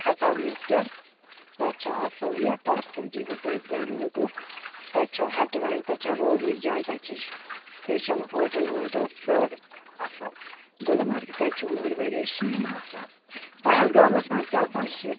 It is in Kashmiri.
کھسان وِزِٹَر تَتھ چھِ اصٕل یہِ تَتھ منٛز ییٖوٕ تۄہہِ بَڑٕ لطف تَتہِ چھو ہَٹہٕ وَٹہٕ تَتہِ چھو روزنٕچۍ جاے تَتہِ چھِ سِپیشَل ہوٹَل ووٹَل سورُے اصٕل گُلمرگہِ تَتھ چھِ وُہٕرۍ ؤرۍ یَس شیٖن آسان پہلگامَس منٛز تہِ آسان شیٖن